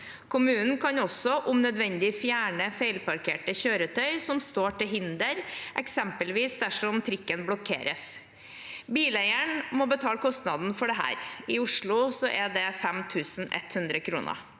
Kommunen kan også om nødvendig fjerne feilparkerte kjøretøy som står til hinder – eksempelvis dersom trikken blokkeres. Bileieren må betale kostnaden for dette. I Oslo er det 5 100 kr.